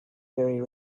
very